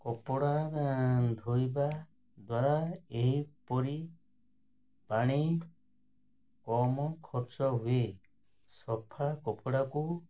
କପଡ଼ା ଧୋଇବା ଦ୍ୱାରା ଏହିପରି ପାଣି କମ ଖର୍ଚ୍ଚ ହୁଏ ସଫା କପଡ଼ାକୁ